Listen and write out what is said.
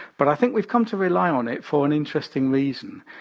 but i think we've come to rely on it for an interesting reason.